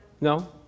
No